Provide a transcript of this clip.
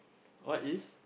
what is